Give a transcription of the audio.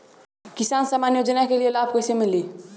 किसान सम्मान योजना के लाभ कैसे मिली?